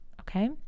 Okay